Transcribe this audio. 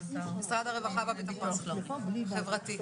ממשרד הרווחה והביטחון החברתי.